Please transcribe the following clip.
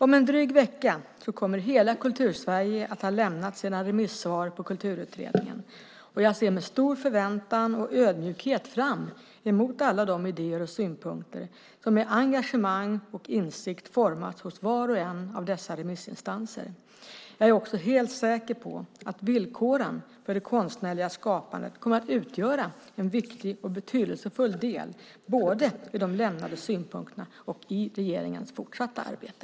Om drygt en vecka kommer hela Kultursverige att ha lämnat sina remissvar på Kulturutredningen. Jag ser med stor förväntan och ödmjukhet fram emot alla de idéer och synpunkter som med engagemang och insikt formats hos var och en av dessa remissinstanser. Jag är också helt säker på att villkoren för det konstnärliga skapandet kommer att utgöra en viktig och betydelsefull del både i de lämnade synpunkterna och i regeringens fortsatta arbete.